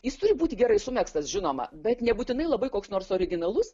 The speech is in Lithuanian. jis turi būti gerai sumegztas žinoma bet nebūtinai labai koks nors originalus